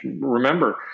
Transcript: Remember